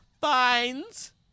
finds